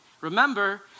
Remember